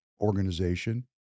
organization